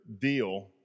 deal